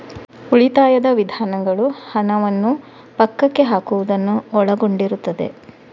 ಉಳಿತಾಯದ ವಿಧಾನಗಳು ಹಣವನ್ನು ಪಕ್ಕಕ್ಕೆ ಹಾಕುವುದನ್ನು ಒಳಗೊಂಡಿರುತ್ತದೆ